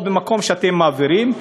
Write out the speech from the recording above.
או במקום שאתם מעבירים?